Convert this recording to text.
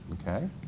okay